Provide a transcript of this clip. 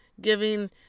giving